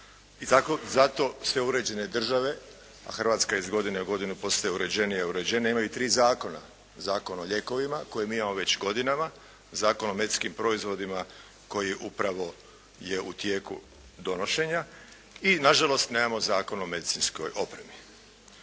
zato sve uređene države, a Hrvatska iz godine u godinu postaje uređenija i uređenija, imaju tri zakona. Zakon o lijekovima koji mi imamo već godinama, Zakon o medicinskim proizvodima koji upravo je u tijeku donošenja i na žalost nemamo zakon o medicinskoj opremi.